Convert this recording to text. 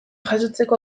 jasotzeko